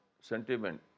sentiment